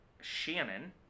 Shannon